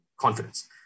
confidence